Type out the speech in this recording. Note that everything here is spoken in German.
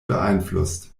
beeinflusst